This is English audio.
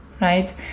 right